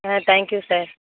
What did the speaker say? ah thank you sir